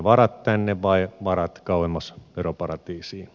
varat tänne vai varat kauemmas veroparatiisiin